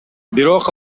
бирок